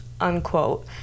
unquote